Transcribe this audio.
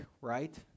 right